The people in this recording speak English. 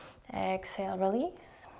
exhale, release,